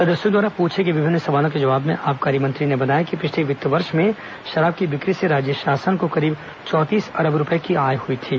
सदस्यों द्वारा पूछे गए विभिन्न सवालों के जवाब में आबकारी मंत्री ने बताया कि पिछले वित्तीय वर्ष में शराब की बिक्री से राज्य शासन को करीब चौंतीस अरब रूपए की आय हुई थी